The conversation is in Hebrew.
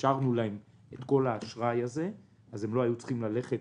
אפשרנו להם את כל האשראי הזה אז הם לא היו צריכים ללכת